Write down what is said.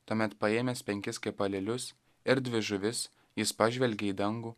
tuomet paėmęs penkis kepalėlius ir dvi žuvis jis pažvelgė į dangų